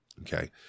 Okay